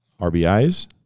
RBIs